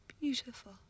beautiful